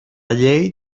llei